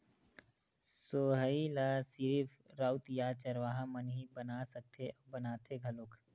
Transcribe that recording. सोहई ल सिरिफ राउत या चरवाहा मन ही बना सकथे अउ बनाथे घलोक